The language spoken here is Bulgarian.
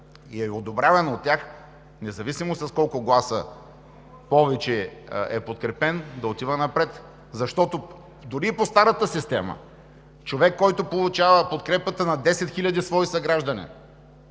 и е одобряван от тях, независимо с колко гласа повече е подкрепен, да отива напред. Дори и по старата система човек, който получава подкрепата на 10 хиляди свои съграждани,